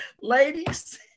Ladies